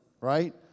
right